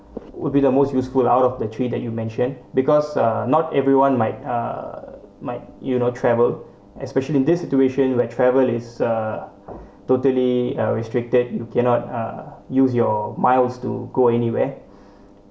would be the most useful out of the three that you mention because uh not everyone might uh might you know travel especially this situation where travel is a totally restricted you cannot uh use your miles to go anywhere